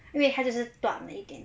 因为他就是短一点